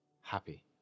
happy